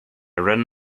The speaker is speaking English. run